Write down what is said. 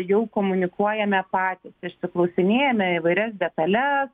jau komunikuojame patys išsiklausinėjame įvairias detales